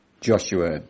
Joshua